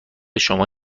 شما